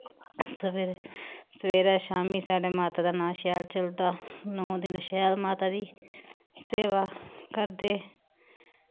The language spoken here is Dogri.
सवेरै सवेरै शाम्मी साढ़े माता दा नांऽ शैल चलदा नौ दिन शैल माता दी सेवा करदे